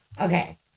okay